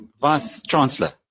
Vice-Chancellor